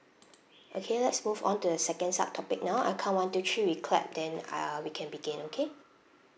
okay let's move on to the second sub topic now I count one two three we clap then I uh we can begin okay